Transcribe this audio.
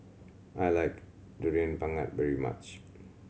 I like Durian Pengat very much